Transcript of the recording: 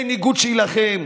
אין איגוד שיילחם,